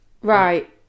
Right